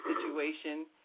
situation